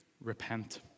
repent